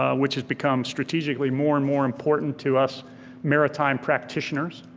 um which has become strategically more and more important to us maritime practitioners.